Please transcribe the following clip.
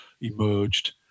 emerged